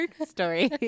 story